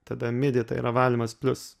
tada midi tai yra valymas plius